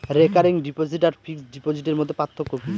Recurring deposit আর fixed ডিপোজিটের মধ্যে পার্থক্য কি?